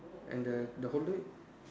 and the the holder